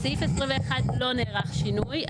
בסעיף 21 לא נערך שינוי.